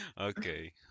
Okay